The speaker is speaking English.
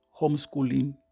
homeschooling